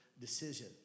decision